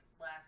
last